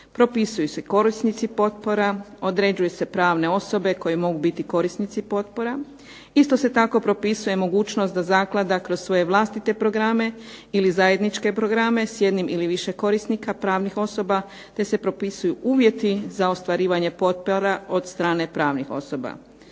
propisuju se korisnici potpora, određuju se pravne osobe koje mogu biti korisnici potpora. Isto se tako propisuje mogućnost da zaklada kroz svoje vlastite programe ili zajedničke programe s jednim ili više korisnika pravnih osoba te se propisuju uvjeti za ostvarivanje potpora od strane pravnih osoba.